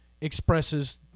expresses